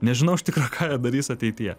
nežinau iš tikro ką jie darys ateityje